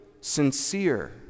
sincere